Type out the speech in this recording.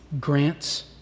grants